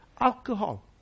Alcohol